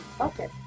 Okay